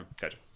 Gotcha